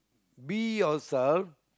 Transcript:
be yourself